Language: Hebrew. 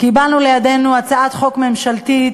קיבלנו לידינו הצעת חוק ממשלתית,